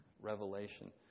revelation